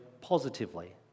positively